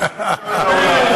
מה שנקרא,